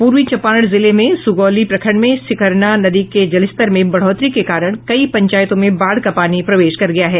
पूर्वी चंपारण जिले में सुगौली प्रखंड में सिकरहना नदी के जलस्तर में बढ़ोतरी के कारण कई पंचायतों में बाढ़ का पानी प्रवेश कर गया है